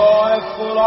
Joyful